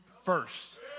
first